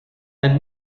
and